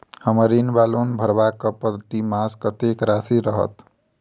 हम्मर ऋण वा लोन भरबाक प्रतिमास कत्तेक राशि रहत?